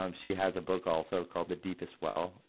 um she has a book also called the deepest well.